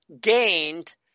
gained